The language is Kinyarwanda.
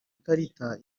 ikarita